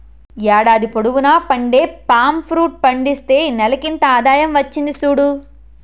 ఏడాది పొడువునా పండే పామ్ ఫ్రూట్ పండిస్తే నెలకింత ఆదాయం వచ్చింది సూడు